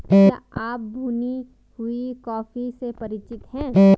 क्या आप भुनी हुई कॉफी से परिचित हैं?